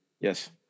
Yes